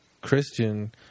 Christian